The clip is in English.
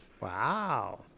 wow